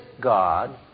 God